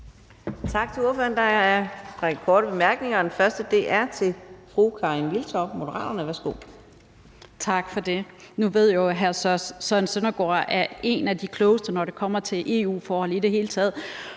Tak til ordføreren. Der er en række korte bemærkninger, og den første er til fru Karin Liltorp, Moderaterne. Værsgo. Kl. 15:25 Karin Liltorp (M): Tak for det. Nu ved jeg jo, at hr. Søren Søndergaard er en af de klogeste, når det kommer til EU-forhold i det hele taget,